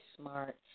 smart